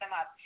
up